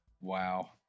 Wow